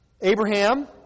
Abraham